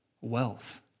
wealth